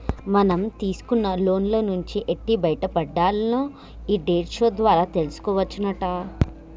మనం తీసుకున్న లోన్ల నుంచి ఎట్టి బయటపడాల్నో ఈ డెట్ షో ద్వారా తెలుసుకోవచ్చునట